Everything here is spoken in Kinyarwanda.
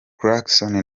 clarkson